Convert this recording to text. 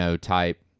type